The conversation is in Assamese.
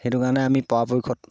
সেইটো কাৰণে আমি পৰাপক্ষত